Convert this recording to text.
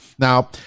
Now